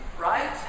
right